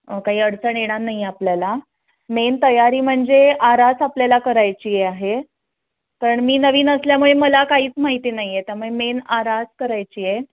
काही अडचण येणार नाही आपल्याला मेन तयारी म्हणजे आरास आपल्याला करायची आहे कारण मी नवीन असल्यामुळे मला काहीच माहिती नाही आहे त्यामुळे मेन आरास करायची आहे